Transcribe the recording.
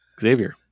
Xavier